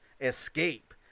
escape